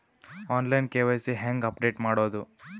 On line KYC ಹೇಂಗ ಅಪಡೆಟ ಮಾಡೋದು?